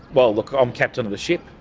well look, i'm captain of the ship,